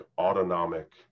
autonomic